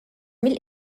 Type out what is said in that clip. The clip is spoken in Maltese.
mill